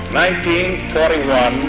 1941